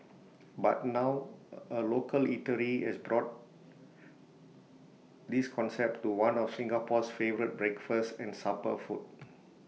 but now A local eatery has brought this concept to one of Singapore's favourite breakfast and supper food